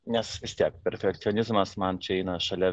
nes vis tiek perfekcionizmas man čia eina šalia